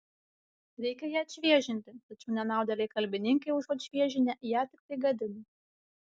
reikia ją atšviežinti tačiau nenaudėliai kalbininkai užuot šviežinę ją tiktai gadina